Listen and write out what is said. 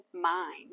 mind